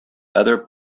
other